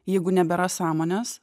jeigu nebėra sąmonės